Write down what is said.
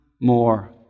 more